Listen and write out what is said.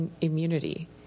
immunity